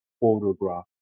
photograph